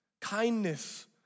Kindness